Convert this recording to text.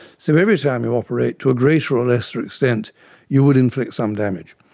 so every time you operate, to a greater or lesser extent you would inflict some damage.